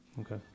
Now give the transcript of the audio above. Okay